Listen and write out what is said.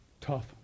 tough